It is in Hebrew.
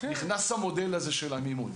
נכנס המודל הזה של המימון,